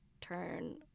turn